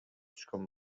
түшкөн